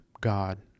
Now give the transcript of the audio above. God